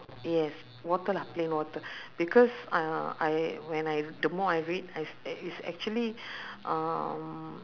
yes water lah plain water because I I when I the more I read I it's it's actually um